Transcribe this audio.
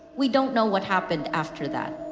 we don't know what happened after that.